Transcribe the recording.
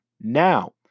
now